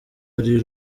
ari